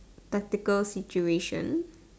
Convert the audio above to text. theatrical situation